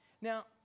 Now